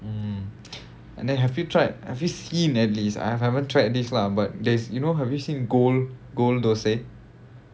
mm and then have you tried have you seen at least I've haven't tried this lah but there's you know have you seen gold gold thosai